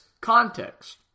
context